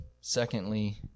secondly